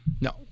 no